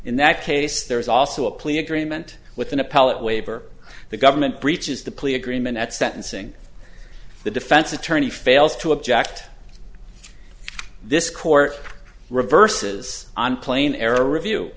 in that case there is also a plea agreement with an appellate waiver the government breaches the plea agreement at sentencing the defense attorney fails to object this court reverses on plain error review